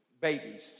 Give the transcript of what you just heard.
babies